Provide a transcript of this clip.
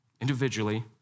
individually